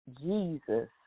Jesus